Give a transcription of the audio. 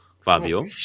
Fabio